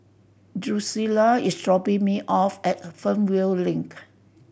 Drucilla is dropping me off at Fernvale Link